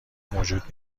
موجود